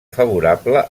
favorable